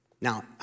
Now